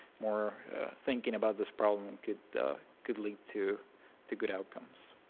more thinking about this problem could could lead to to good outcomes.